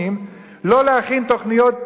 לא להכין תוכניות לדיור,